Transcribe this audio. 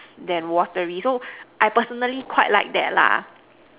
than watery so I personally quite like that lah